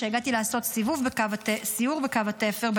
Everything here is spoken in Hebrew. כשהגעתי לעשות סיור בקו התפר,